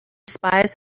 spies